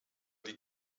die